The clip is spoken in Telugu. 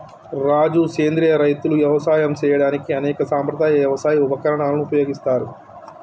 రాజు సెంద్రియ రైతులు యవసాయం సేయడానికి అనేక సాంప్రదాయ యవసాయ ఉపకరణాలను ఉపయోగిస్తారు